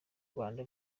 rwanda